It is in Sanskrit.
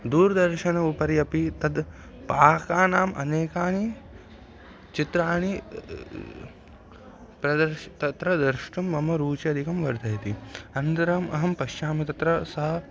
दूरदर्शनम् उपरि अपि तद् पाकानाम् अनेकानि चित्राणि प्रदर्श् तत्र द्रष्टुं मम रूचिः अधिकं वर्धयति अनन्तरम् अहं पश्यामि तत्र सा